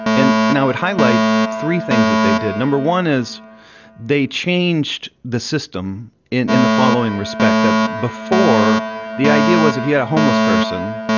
and and i would highlight three things that they did. number one is they changed the system in in the following respect that before the idea was if you had a homeless person,